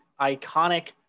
iconic